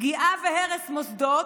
פגיעה והרס מוסדות,